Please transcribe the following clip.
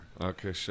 Okay